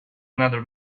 another